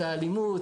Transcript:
האלימות,